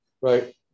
Right